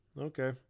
okay